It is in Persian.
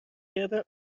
کردم